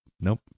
Nope